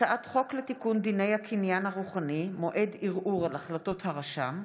הצעת חוק לתיקון דיני הקניין הרוחני (מועד ערעור על החלטות הרשם),